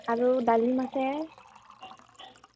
আৰু ডালিম আছে